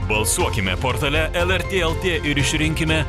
balsuokime portale el er tė el tė ir išrinkime